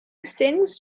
sings